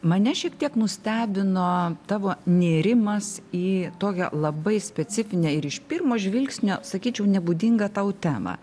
mane šiek tiek nustebino tavo nėrimas į tokią labai specifinę ir iš pirmo žvilgsnio sakyčiau nebūdingą tau temą